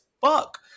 fuck